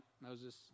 Moses